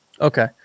Okay